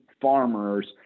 farmers